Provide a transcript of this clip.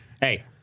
Hey